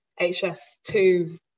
HS2